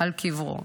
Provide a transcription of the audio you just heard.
על קברו.